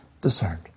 discerned